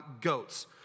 goats